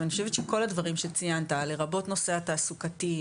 אני חושבת שכל הדברים שציינת לרבות הנושא התעסוקתי,